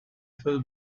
full